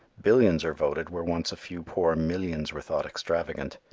billions are voted where once a few poor millions were thought extravagant.